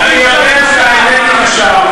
אני יודע שהאמת קשה,